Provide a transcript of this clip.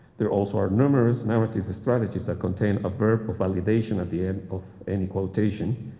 there also are numerous narrative strategies that contain a verb of validation at the end of any quotation,